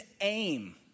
aim